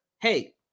hey